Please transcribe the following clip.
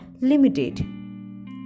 limited